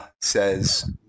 says